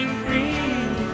free